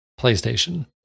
PlayStation